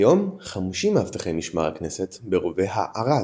כיום חמושים מאבטחי משמר הכנסת ברובה ה"ערד",